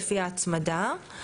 לפי ההצמדה.